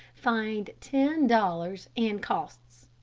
fined ten dollars and costs.